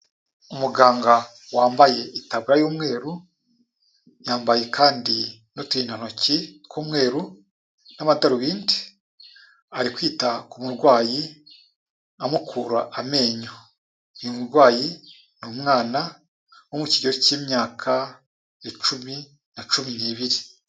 Umuganga wambaye itaburiya y'umweru, yambaye kandi n'uturindantoki tw'umweru n'amadarubindi, ari kwita ku murwayi, amukura amenyo. Uyu murwayi ni umwana uri mu kigero cy'imyaka icumi na cumi n'ibiri.